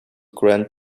grant